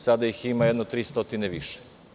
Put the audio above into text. Sada ih ima jedno 300 više.